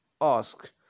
ask